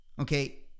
Okay